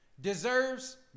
deserves